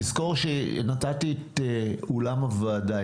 תזכור שנתתי את אולם הוועדה,